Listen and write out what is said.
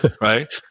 right